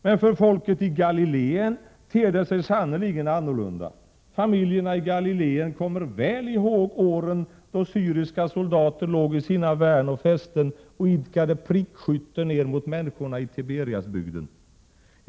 Men för folket i Galiléen ter det sig sannerligen annorlunda. Familjerna i Galiléen kommer väl ihåg åren då syriska soldater låg i sina värn och fästen och idkade prickskytte ner mot människorna i Tiberiasbygden.